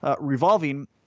revolving